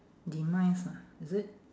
demise ah is it